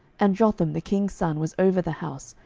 and jotham the king's son was over the house,